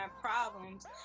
Problems